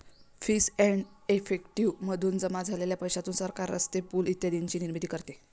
fees and effective मधून जमा झालेल्या पैशातून सरकार रस्ते, पूल इत्यादींची निर्मिती करते